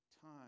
time